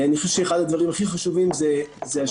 אני חושב שאחד הדברים הכי חשובים זה השאלה